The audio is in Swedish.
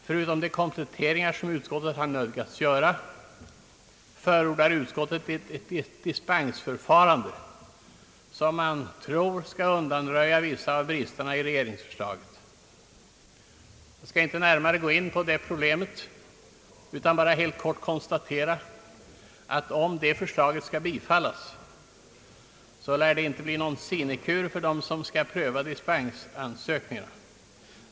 Förutom de kompletteringar som utskottet nödgats göra förordar det ett dispensförfarande, som man tror skall undanröja vissa av bristerna i regeringsförslaget. Jag skall inte närmare gå in på det problemet nu utan bara helt kort konstatera att om det förslaget bifalles, lär det inte bli någon sinekur för dem som skall pröva dispensansökningarna.